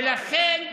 ולכן,